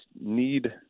need